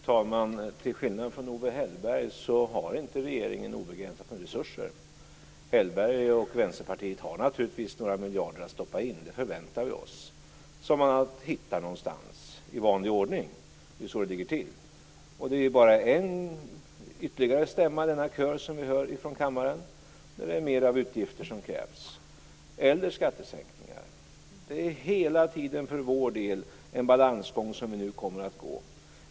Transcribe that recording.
Fru talman! Till skillnad från Owe Hellberg har inte regeringen obegränsat med resurser. Hellberg och Vänsterpartiet har naturligtvis några miljarder att stoppa in som de i vanlig ordning hittar någonstans - det förväntar vi oss. Det är ju så det ligger till. Detta är bara ytterligare en stämma i den kör vi hör från kammaren där det är mer utgifter eller skattesänkningar som krävs. För regeringens del är det hela tiden en balansgång som vi nu kommer att gå.